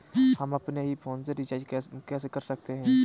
हम अपने ही फोन से रिचार्ज कैसे कर सकते हैं?